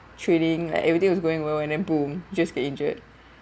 training like everything was going well and boom just get injured